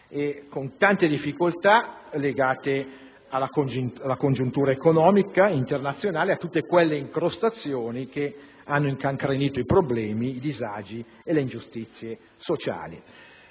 ha tante difficoltà legate alla congiuntura economica internazionale, a tutte quelle incrostazioni che hanno incancrenito i problemi, i disagi e le ingiustizie sociali.